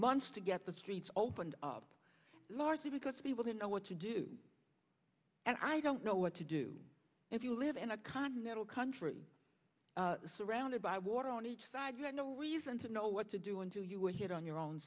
months to get the streets opened up largely because people didn't know what to do and i don't know what to do if you live in a continental country surrounded by water on each side you had no reason to know what to do until you were here on your own